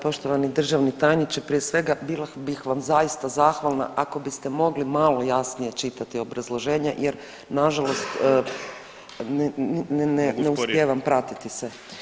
Poštovani državni tajniče, prije svega, bila bih vam zaista zahvalna ako biste mogli malo jasnije čitati obrazloženje jer nažalost ne uspijevam pratiti sve.